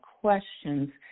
questions